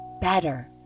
better